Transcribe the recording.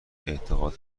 اعتقاد